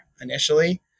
initially